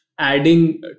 Adding